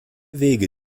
wege